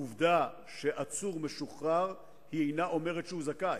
תרשה לי לתקן: העובדה שעצור משוחרר אינה אומרת שהוא זכאי.